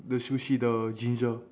the sushi the ginger